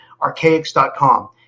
archaics.com